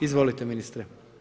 Izvolite ministre.